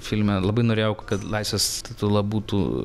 filme labai norėjau kad laisvės statula būtų